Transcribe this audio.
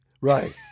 right